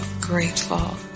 grateful